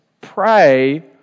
pray